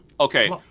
Okay